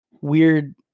weird